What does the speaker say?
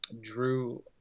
Drew